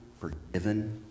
forgiven